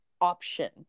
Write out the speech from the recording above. option